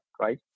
right